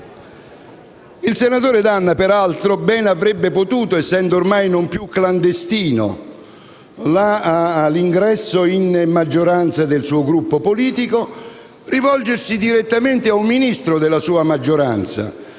Il senatore D'Anna, peraltro, ben avrebbe potuto, essendo ormai non più clandestino l'ingresso in maggioranza del suo Gruppo politico, rivolgersi direttamente a un Ministro della sua maggioranza,